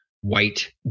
white